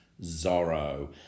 Zorro